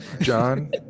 John